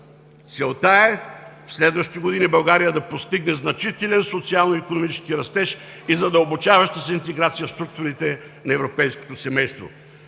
Целта е в следващите години България да постигне значителен социално-икономически растеж и задълбочаваща се интеграция в структурите на европейското семейство.